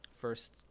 first